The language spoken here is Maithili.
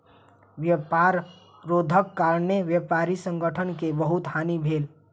व्यापार रोधक कारणेँ व्यापारी संगठन के बहुत हानि भेल